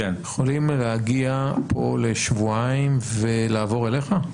הם יכולים להגיע פה לשבועיים ולעבור אליך?